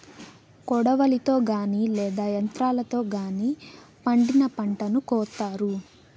కొడవలితో గానీ లేదా యంత్రాలతో గానీ పండిన పంటను కోత్తారు